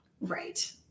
Right